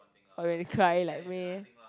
okay cry like meh